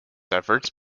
efforts